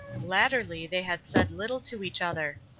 latterly they had said little to each other.